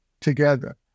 together